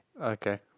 Okay